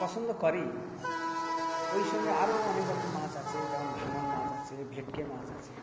পছন্দ করেই ওই সঙ্গে আরও অনেক রকম মাছ আছে যেমন ভাঙন মাছ আছে ভেটকি মাছ আছে